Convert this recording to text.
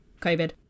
Covid